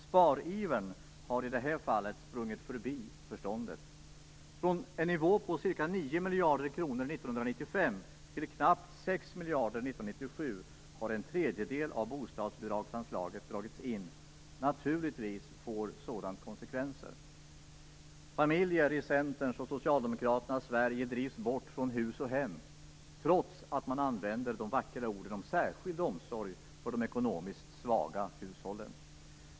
Sparivern har i det här fallet sprungit förbi förståndet. Från en nivå på ca 9 miljarder kronor 1995 till knappt 6 miljarder 1997 har en tredjedel av bostadsbidragsanslaget dragits in. Naturligtvis får sådant konsekvenser. Sverige drivs bort från hus och hem, trots att man använder de vackra orden om särskild omsorg för de ekonomiskt svaga hushållen.